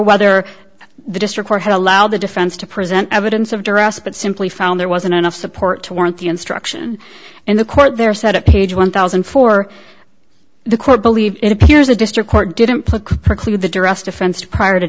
whether the district or had allowed the defense to present evidence of duress but simply found there wasn't enough support to warrant the instruction and the court there said at page one thousand four the court believe it appears the district court didn't put preclude the duress defense prior